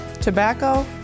tobacco